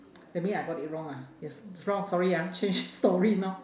that mean I got it wrong ah it's wrong sorry ah change story now